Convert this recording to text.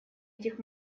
этих